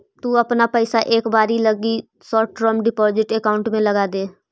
तु अपना पइसा एक बार लगी शॉर्ट टर्म डिपॉजिट अकाउंट में लगाऽ दे